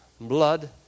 blood